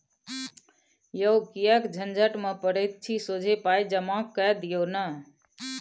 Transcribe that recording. यौ किएक झंझट मे पड़ैत छी सोझे पाय जमा कए दियौ न